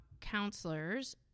counselors